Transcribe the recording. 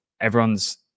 everyone's